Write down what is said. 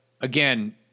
again